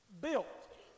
built